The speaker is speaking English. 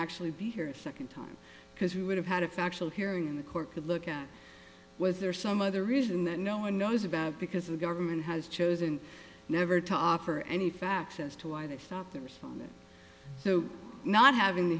actually be here a second time because we would have had a factual hearing in the court could look at was there some other reason that no one knows about because the government has chosen never to offer any facts as to why they thought the respondent so not having the